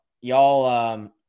y'all